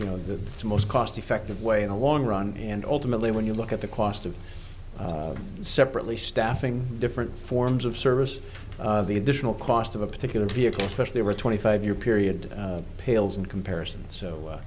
you know the most cost effective way in the long run and ultimately when you look at the cost of separately staffing different forms of service of the additional cost of a particular vehicle especially over twenty five year period pales in comparison so